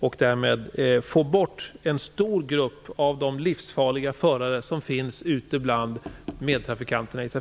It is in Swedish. Därmed skulle man få bort en stor grupp av de livsfarliga förare som finns ute bland medtrafikanterna.